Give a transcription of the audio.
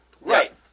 Right